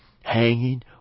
hanging